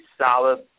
solid